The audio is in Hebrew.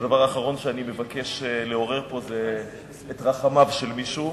הדבר האחרון שאני מבקש לעורר פה זה את רחמיו של מישהו,